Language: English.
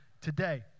today